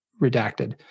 redacted